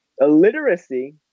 Illiteracy